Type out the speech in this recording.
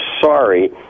sorry